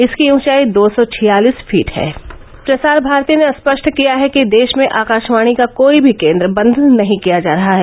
इसकी ऊंचाई दो सौ छियालिस फीट है प्रसार भारती ने स्पष्ट किया है कि देश में आकाशवाणी का कोई भी केन्द्र बंद नहीं किया जा रहा है